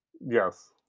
Yes